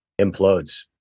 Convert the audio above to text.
implodes